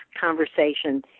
conversation